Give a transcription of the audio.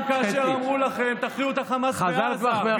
גם כאשר אמרו לכם: תכריעו את החמאס בעזה,